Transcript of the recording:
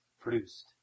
produced